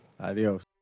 Adios